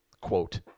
quote